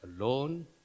Alone